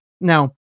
Now